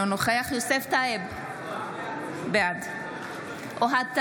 אינו נוכח יוסף טייב, בעד אוהד טל,